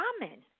common